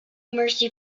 mercy